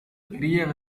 பெரிய